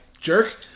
jerk